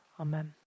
Amen